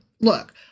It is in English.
look